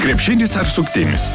krepšinis ar suktinis